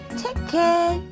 ticket